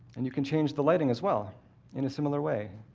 and you can change the lighting as well in a similar way.